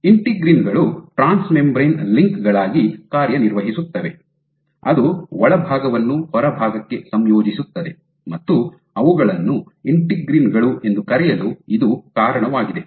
integrin ಗಳು transmembrane link ಗಳಾಗಿ ಕಾರ್ಯನಿರ್ವಹಿಸುತ್ತವೆ ಅದು ಒಳಭಾಗವನ್ನು ಹೊರಭಾಗಕ್ಕೆ ಸಂಯೋಜಿಸುತ್ತದೆ ಮತ್ತು ಅವುಗಳನ್ನು ಇಂಟಿಗ್ರಿನ್ ಗಳು ಎಂದು ಕರೆಯಲು ಇದು ಕಾರಣವಾಗಿದೆ